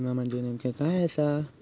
विमा म्हणजे नेमक्या काय आसा?